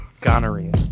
Gonorrhea